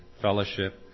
Fellowship